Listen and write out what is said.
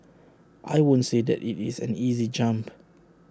I won't say that IT is an easy jump